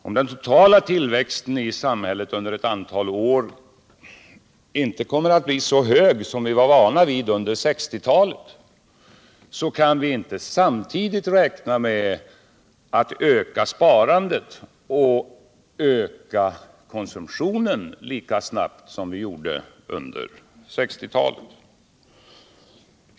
Om den totala tillväxten i samhället under ett antal år inte kommer att bli så hög som vi var vana vid under 1960-talet kan vi inte räkna med att samtidigt öka sparandet och konsumtionen lika snabbt som vi gjorde då.